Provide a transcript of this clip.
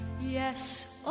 Yes